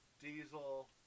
Diesel